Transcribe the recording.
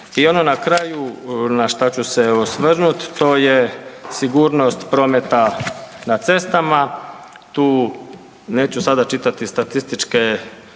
I ono na kraju na šta ću se osvrnut to je sigurnost prometa na cestama. Tu neću sada čitati statističke